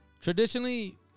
Traditionally